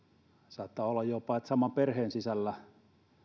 saattaa olla että jopa saman perheen sisällä